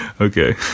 okay